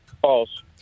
False